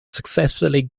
successfully